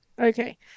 okay